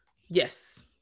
Yes